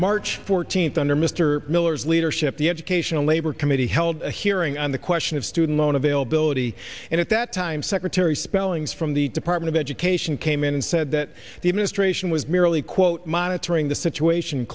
march fourteenth under mr miller's leadership the education and labor committee held a hearing on the question of student loan availability and at that time secretary spellings from the department of education came in and said that the administration was merely quote monitoring the situation